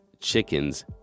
chickens